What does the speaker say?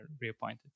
reappointed